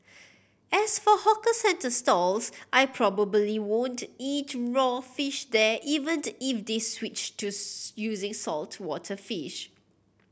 as for hawker centre stalls I probably won't eat raw fish there even the if they switched to using saltwater fish